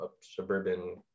suburban